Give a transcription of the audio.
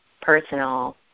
personal